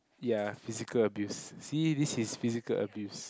ya physical abuse see this is physical abuse